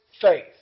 faith